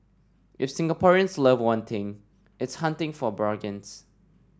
if Singaporeans love one thing it's hunting for bargains